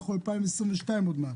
אנחנו ב-2022 עוד מעט